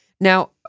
Now